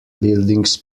buildings